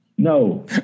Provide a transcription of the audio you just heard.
No